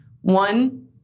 One